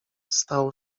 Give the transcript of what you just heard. stał